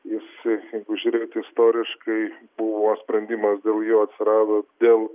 jis jeigu žiūrėti istoriškai buvo sprendimas dėl jo atsirado dėl